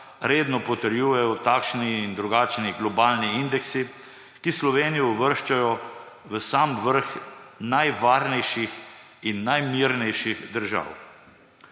redno potrjujejo takšni in drugačni globalni indeksi, ki Slovenijo uvrščajo v sam vrh najvarnejših in najmirnejših držav.